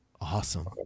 Awesome